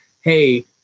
Hey